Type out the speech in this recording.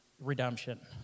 redemption